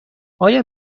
آیا